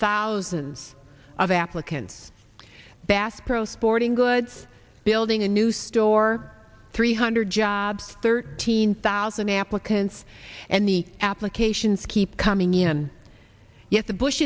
thousands of applicants bass pro sporting goods building a new store three hundred jobs thirteen thousand applicants and the applications keep coming in yet the bush